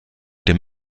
dem